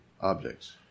objects